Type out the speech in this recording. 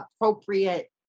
appropriate